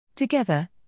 Together